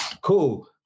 cool